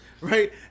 right